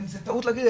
זה טעות להגיד,